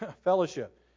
Fellowship